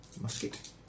musket